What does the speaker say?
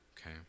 Okay